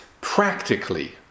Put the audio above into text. practically